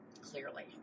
Clearly